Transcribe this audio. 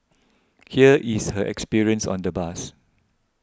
here is her experience on the bus